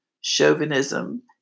chauvinism